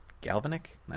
galvanic